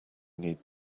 need